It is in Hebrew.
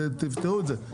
תפתרו את זה,